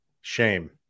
Shame